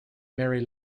mary